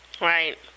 right